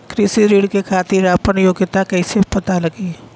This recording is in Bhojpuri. कृषि ऋण के खातिर आपन योग्यता कईसे पता लगी?